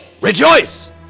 Rejoice